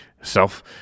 self